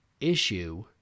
issue